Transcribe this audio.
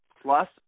Plus